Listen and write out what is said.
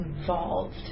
involved